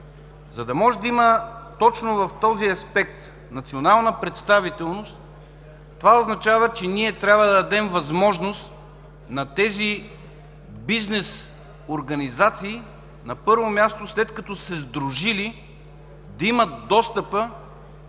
За да може да има точно в този аспект национална представителност, това означава, че трябва да дадем възможност на тези бизнес организации, на първо място, след като са се сдружили, да имат достъпа